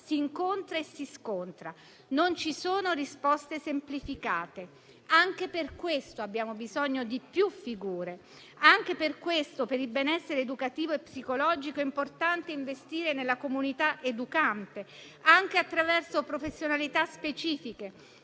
si incontrano e si scontrano. Non ci sono risposte semplificate. Anche per questo abbiamo bisogno di più figure e, per il benessere educativo e psicologico, è importante investire nella comunità educante, anche attraverso professionalità specifiche,